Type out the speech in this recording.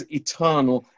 eternal